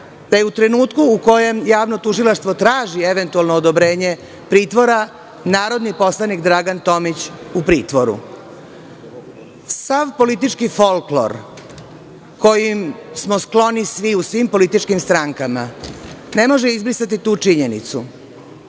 da je u trenutku u kojem Javno tužilaštvo traži eventualno odobrenje pritvora, narodni poslanik Dragan Tomić u pritvoru. Sav politički folklor kojem smo skloni svi u svim političkim strankama ne može izbrisati tu činjenicu,